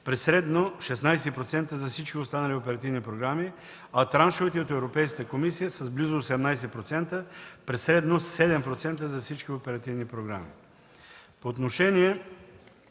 при средно 16% за всички останали оперативни програми, а траншовете от Европейската комисия – с близо 18%, при средно 7% за всички оперативни програми.